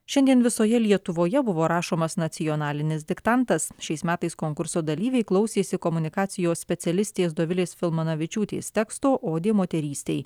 šiandien visoje lietuvoje buvo rašomas nacionalinis diktantas šiais metais konkurso dalyviai klausėsi komunikacijos specialistės dovilės filmanavičiūtės teksto odė moterystei